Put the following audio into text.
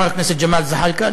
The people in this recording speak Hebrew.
גם חבר הכנסת ג'מאל זחאלקה,